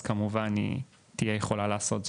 אז כמובן היא תהיה יכולה לעשות זאת,